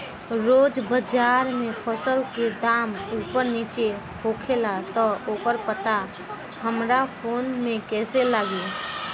रोज़ बाज़ार मे फसल के दाम ऊपर नीचे होखेला त ओकर पता हमरा फोन मे कैसे लागी?